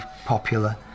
popular